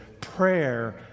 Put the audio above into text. prayer